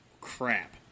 crap